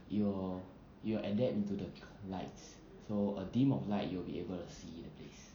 it will it will adapt to the lights so a dim of light you will be able to see the place